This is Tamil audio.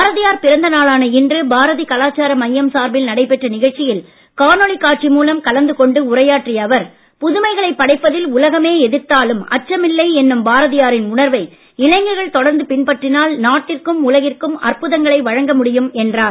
பாரதியார் பிறந்த நாளான இன்று பாரதி கலாச்சார மையம் சார்பில் நடைபெற்ற நிகழ்ச்சியில் காணொளி காட்சி மூலம் கலந்து கொண்டு உரையாற்றிய அவர் புதுமைகளைப் படைப்பதில் உலகமே எதிர்த்தாலும் அச்சமில்லை என்னும் பாரதியாரின் உணர்வை இளைஞர்கள் கொடர்ந்து பின்பற்றினால் நாட்டிற்கும் உலகிற்கும் அற்புதங்களை வழங்க முடியும் என்றார்